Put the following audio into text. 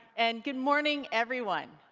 and good morning, everyone.